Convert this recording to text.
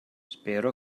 spero